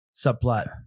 subplot